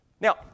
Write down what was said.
Now